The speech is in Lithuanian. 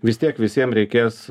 vis tiek visiem reikės